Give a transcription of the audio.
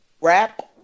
rap